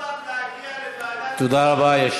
תודה רבה.